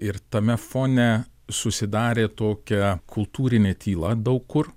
ir tame fone susidarė tokia kultūrinė tyla daug kur